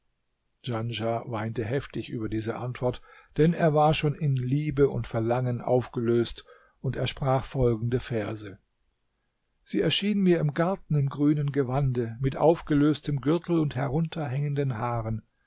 djanschah weinte heftig über diese antwort denn er war schon in liebe und verlangen aufgelöst und er sprach folgende verse sie erschien mir im garten im grünen gewande mit aufgelöstem gürtel und herunterhängenden haaren